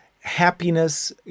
happiness